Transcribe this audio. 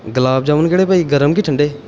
ਗੁਲਾਬ ਜਾਮੁਨ ਕਿਹੜੇ ਭਾਅ ਜੀ ਗਰਮ ਕਿ ਠੰਡੇ